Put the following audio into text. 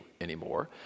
anymore